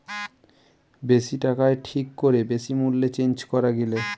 বেশি টাকায় ঠিক করে বেশি মূল্যে চেঞ্জ করা গিলে